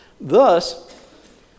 Thus